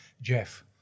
Jeff